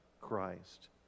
Christ